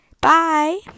bye